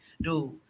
dude